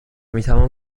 میتوان